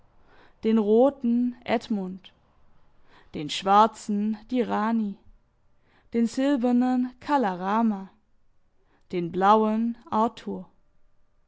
den roten edmund den schwarzen die rani den silbernen kala rama den blauen arthur